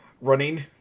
running